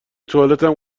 توالتم